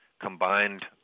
combined